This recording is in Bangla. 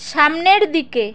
সামনের দিকে